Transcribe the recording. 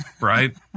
Right